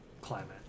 climate